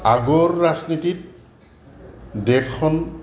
আগৰ ৰাজনীতিত দেশখন